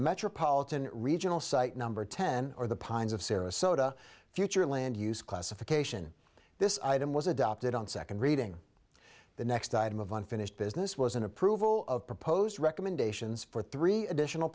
metropolitan regional site number ten or the pines of sarasota future land use classification this item was adopted on second reading the next item of unfinished business was an approval of proposed recommendations for three additional